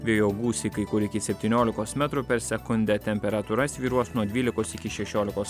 vėjo gūsiai kai kur iki septyniolikos metrų per sekundę temperatūra svyruos nuo dvylikos iki šešiolikos